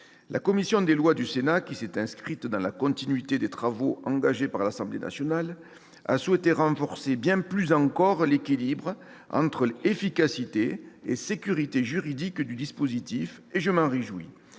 La commission des lois du Sénat, qui s'est inscrite dans la continuité des travaux engagés par l'Assemblée nationale, a souhaité renforcer bien plus encore l'équilibre entre efficacité et sécurité juridique du dispositif. Je m'en réjouis.